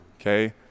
Okay